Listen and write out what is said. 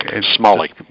Smalley